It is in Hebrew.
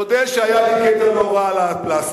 תודה שהיה לי קטע לא רע על הפלסטיק.